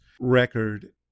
record